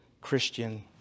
Christian